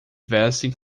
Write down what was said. vestem